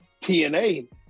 TNA